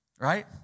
Right